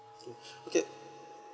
okay